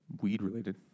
weed-related